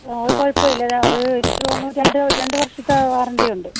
ആ അത് കുഴപ്പം ഇല്ല അത് അത് എനിക്ക് തോന്നുന്നു രണ്ട് രണ്ടുവര്ഷത്തെ വാറണ്ടി ഉണ്ട്